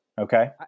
okay